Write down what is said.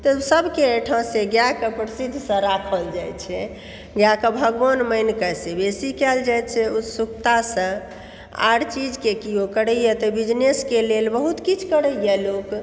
तऽ सबके अयठामसँ गायके प्रसिद्धसँ राखल जाइ छै गायके भगवान मानिके से बेसी कयल जाइ छै उत्सुकतासँ आर चीजके की ओकर रखै तऽ बिनेस के लेल बहुत किछु करै यऽ लोक